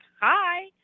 hi